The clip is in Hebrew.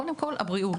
קודם כול הבריאות.